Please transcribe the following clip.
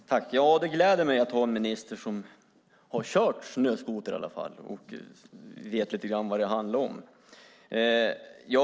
Fru talman! Det gläder mig att vi har en minister som i alla fall har kört snöskoter och vet lite grann vad det handlar om.